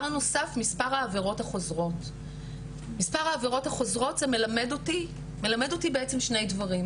הנוסף מספר העבירות החוזרות שמלמד בעצם שני דברים,